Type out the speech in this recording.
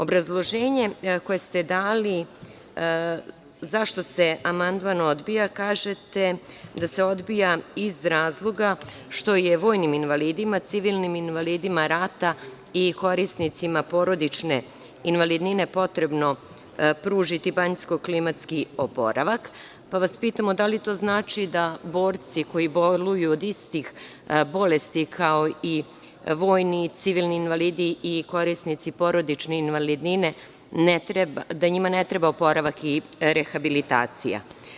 Obrazloženje koje ste dali zašto se amandman odbija, kažete, da se odbija iz razloga što je vojnim invalidima, civilnim invalidima rata i korisnicima porodične invalidnine potrebno pružiti banjsko-klimatski oporavak, pa vas pitamo da li to znači da borci koji boluju od istih bolesti kao i vojni i civilni invalidi i korisnici porodične invalidnine da njima ne treba oporavak i rehabilitacija.